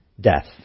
death